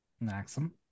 Maxim